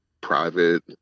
private